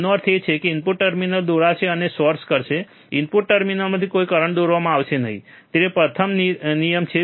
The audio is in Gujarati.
તેનો અર્થ એ છે કે ઇનપુટ ટર્મિનલ દોરશે અથવા સોર્સ કરશે ઇનપુટ ટર્મિનલ્સમાંથી કોઈ કરંટ દોરવામાં આવશે નહીં તે પ્રથમ નિયમ છે